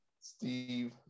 Steve